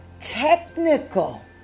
technical